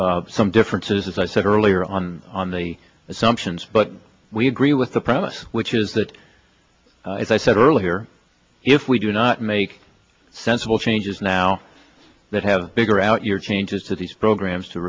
have some differences as i said earlier on on the assumptions but we agree with the premise which is that as i said earlier if we do not make sensible changes now that have bigger out your changes to these programs to